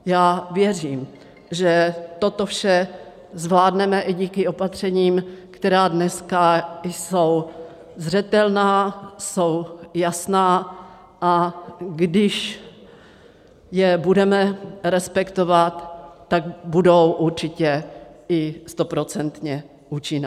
Já věřím, že toto vše zvládneme i díky opatřením, která dneska jsou zřetelná, jsou jasná, a když je budeme respektovat, tak budou určitě i stoprocentně účinná.